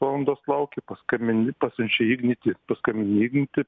valandos lauki paskambini pasiunčia į ignitį paskambini į ignitį